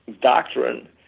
doctrine